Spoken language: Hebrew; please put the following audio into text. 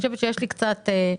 אני חושבת שיש לי קצת ניסיון.